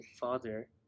father